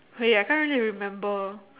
wait I can't really remember